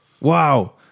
Wow